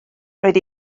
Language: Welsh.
roedd